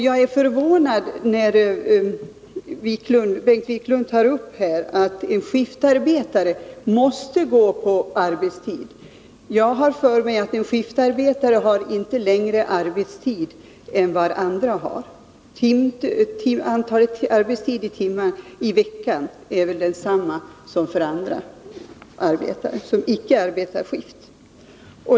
Jag är förvånad över det Bengt Wiklund tar upp här, nämligen att en skiftarbetare måste delta i detta på arbetstid. Jag har den bestämda uppfattningen att en skiftarbetare inte har längre arbetstid än vad andra har. Antalet arbetstimmar per vecka är väl detsamma för dem som för andra arbetare, som icke arbetar i skift.